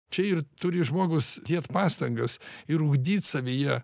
čia ir turi žmogus dėt pastangas ir ugdyt savyje